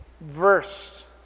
verse